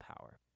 power